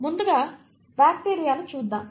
ముందుగా బ్యాక్టీరియాను చూద్దాం